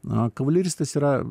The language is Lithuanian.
kavaleristas yra